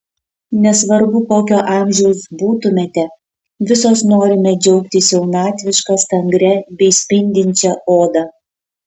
nesvarbu kokio amžiaus būtumėme visos norime džiaugtis jaunatviška stangria bei spindinčia oda